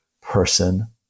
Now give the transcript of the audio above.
person